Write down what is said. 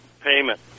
payment